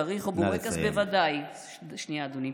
כריך או בורקס בוודאי, נא לסיים.